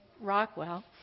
Rockwell